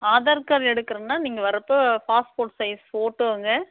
Aadhaar card எடுக்கிறதுன்னா நீங்கள் வரப்போது பாஸ்போர்ட் சைஸ் ஃபோட்டோங்க